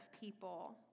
people